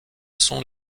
sont